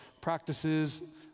practices